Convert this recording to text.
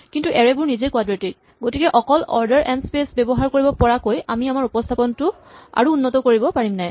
কিন্তু এৰে বোৰ নিজেই কোৱাড্ৰেটিক গতিকে অকল অৰ্ডাৰ এন স্পেচ ব্যৱহাৰ কৰিব পৰাকৈ আমি আমাৰ উপস্হাপনটো আৰু উন্নত কৰিব পাৰিম নাই